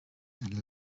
and